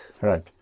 Right